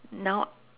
now